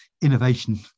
innovation